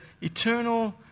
eternal